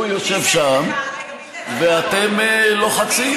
הוא יושב שם, ואתם לוחצים.